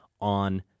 on